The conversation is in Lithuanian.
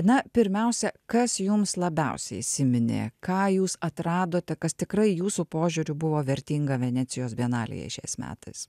na pirmiausia kas jums labiausiai įsiminė ką jūs atradote kas tikrai jūsų požiūriu buvo vertinga venecijos bienalėje šiais metais